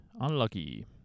unlucky